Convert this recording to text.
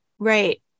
Right